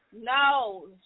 No